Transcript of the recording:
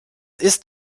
ist